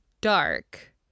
dark